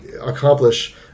accomplish